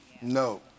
no